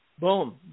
Boom